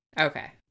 Okay